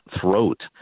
throat